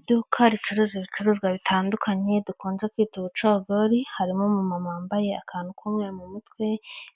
Iduka ricuruza ibicuruzwa bitandukanye, dukunze kwita ubucagori harimo umu mama wambaye akantu ko mu mutwe